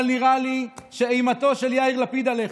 אבל נראה לי שאימתו של יאיר לפיד עליך.